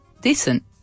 decent